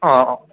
ആ ആ